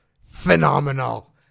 Phenomenal